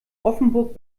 offenburg